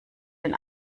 den